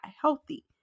healthy